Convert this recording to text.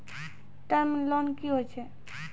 Term loan कि होय छै?